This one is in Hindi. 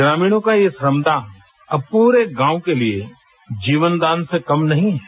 ग्रामीणों का ये श्रम दान अब पूरे गाँव के लिए जीवन दान से कम नहीं है